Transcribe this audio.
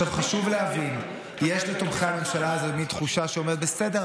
חשוב להבין: יש לתומכי הממשלה הזאת מן תחושה שאומרת: בסדר,